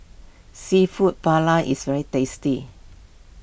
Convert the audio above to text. Seafood Paella is very tasty